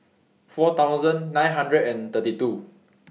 four thousand nine hundred and thirty two